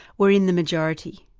were in the majority.